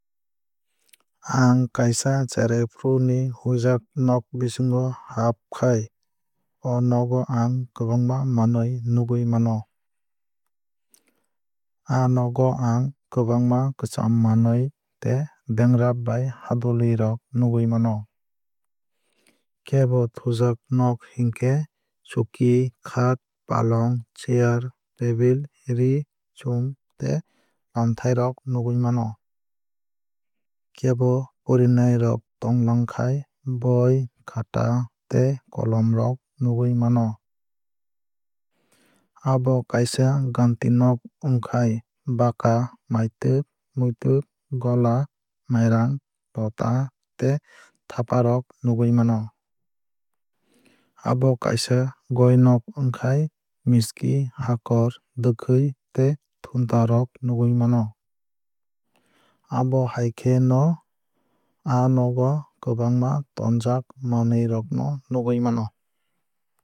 Ang kaisa cherraifru ni huijak nog bising o habkhai o nogo ang kwbangma manwui nugwui mano. Aa nogo ang kwbangma kwcham manwui tei bengrap bai hadwlawui rok nugwui mano. Kebo thujak nog hingkhe chuki khat palong chair table ree chume tei lamthai rok nugui mano. Kebo porinai rok tonglang khai boi khata tei kolom rok nugwui mano. Abo kaisa ghanti nog wngkhai baka maitwk muitwk gola mairang lota tei thapa rok nugwui mano. Abo kaisa goi nok wngkhai miski hakor dwkhwui tei thunta rok nugwui mano. Abo hai khe no aa nogo kwbangma tonjak manwui rok no nugui mano.